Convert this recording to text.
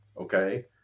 okay